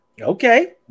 Okay